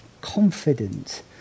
confident